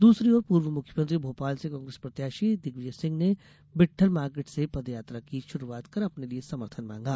दूसरी ओर पूर्व मुख्यमंत्री और भोपाल से कांग्रेस प्रत्याशी दिग्विजय सिंह ने बिट्ठल मार्केट से पदयात्रा की शुरूआत कर अपने लिए समर्थन मांगा